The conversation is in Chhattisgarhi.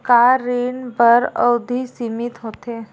का ऋण बर अवधि सीमित होथे?